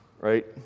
right